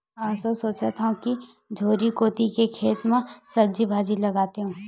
एसो सोचत हँव कि झोरी कोती के खेत म सब्जी भाजी लगातेंव